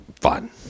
Fun